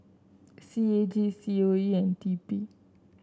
C A G C O E and T P